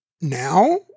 Now